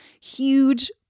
huge